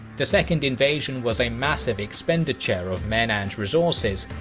the second invasion was a massive expenditure of men and resources,